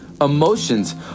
Emotions